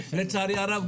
לצערי הרב,